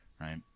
right